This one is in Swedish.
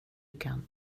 kan